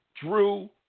Drew